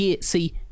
See